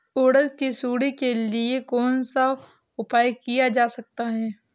उड़द की सुंडी के लिए कौन सा उपाय किया जा सकता है?